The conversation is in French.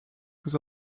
vous